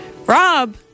Rob